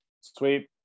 sweet